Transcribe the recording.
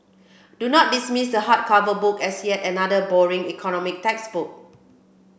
do not dismiss the hardcover book as yet another boring economic textbook